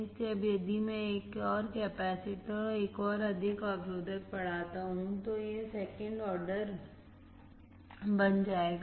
इसलिए अब यदि मैं एक और कैपेसिटर और एक अधिक अवरोधक बढ़ाता हूं तो यह सेकंड ऑर्डर बन जाएगा